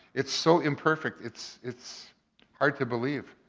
it's so imperfect. it's it's hard to believe.